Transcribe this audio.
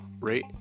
rate